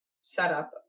setup